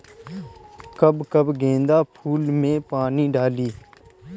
कब कब गेंदा फुल में पानी डाली?